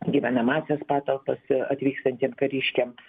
gyvenamąsias patalpas atvykstantiem kariškiam